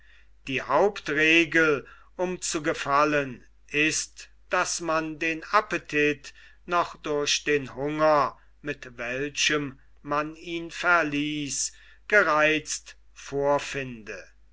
die hauptregel um zu gefallen ist daß man den appetit noch durch den hunger mit welchem man ihn verließ gereizt vorfinde